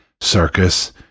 Circus